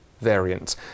variant